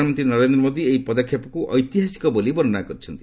ପ୍ରଧାନମନ୍ତ୍ରୀ ନରେନ୍ଦ୍ର ମୋଦି ଏହି ପଦକ୍ଷେପକୁ ଐତିହାସିକ ବୋଲି ବର୍ଣ୍ଣନା କରିଛନ୍ତି